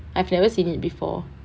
I never seen it before